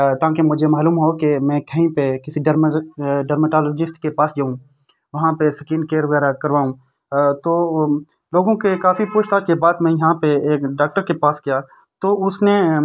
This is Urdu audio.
تاکہ مجھے معلوم ہو کہ میں کہیں پہ کسی ڈرمیٹالوجسٹ کے پاس جاؤں وہاں پہ اسکین کیئر وغیرہ کرواؤں تو لوگوں کے کافی پوچھ تاچھ کے بعد میں یہاں پہ ایک ڈاکٹر کے پاس گیا تو اس نے